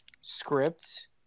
script